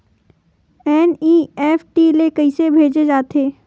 NEFT ले कइसे भेजे जाथे?